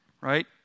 Right